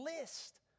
list